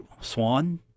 Swan